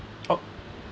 oh